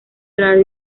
orar